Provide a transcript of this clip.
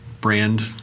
brand